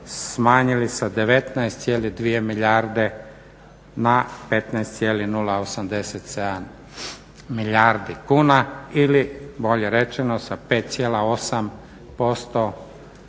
smanjili sa 19,2 milijarde na 15,087 milijardi kuna ili bolje rečeno sa 5,8%